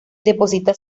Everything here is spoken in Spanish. deposita